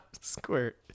squirt